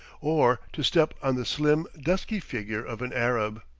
or to step on the slim, dusky figure of an arab.